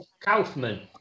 Kaufman